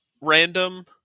random